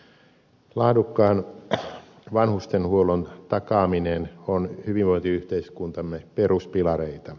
laadukkaan vanhustenhuollon takaaminen on hyvinvointiyhteiskuntamme peruspilareita